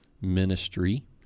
ministry